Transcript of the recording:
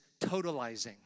totalizing